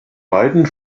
beiden